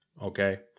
Okay